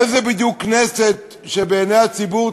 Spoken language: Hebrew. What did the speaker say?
איזה כנסת בדיוק,